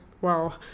wow